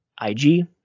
ig